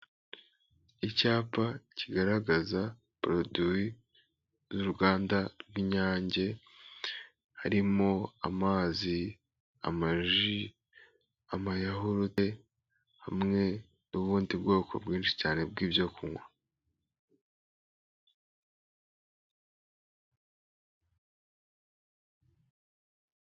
Icyapa kigaragaza poroduwi z'uruganda rw'Inyange harimo amazi, amaji, amayahurute, hamwe n'ubundi bwoko bwinshi cyane bw'ibyo kunywa.